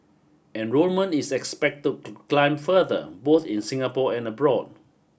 enrolment is expected to climb further both in Singapore and abroad